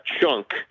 chunk